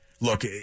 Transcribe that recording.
look